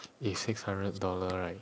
is six hundred dollar right